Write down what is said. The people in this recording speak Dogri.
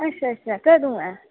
अच्छा अच्छा कदूं ऐ